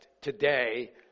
today